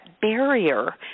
barrier